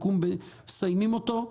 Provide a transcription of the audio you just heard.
מסיימים אותו.